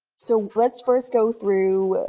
so let's first go through,